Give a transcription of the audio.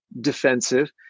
defensive